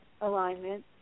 alignment